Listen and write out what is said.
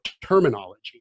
terminology